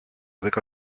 δέκα